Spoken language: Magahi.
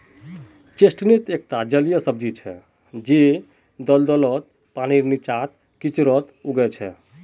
चेस्टनट एकता जलीय सब्जी छिके जेको दलदलत, पानीर नीचा, कीचड़त उग छेक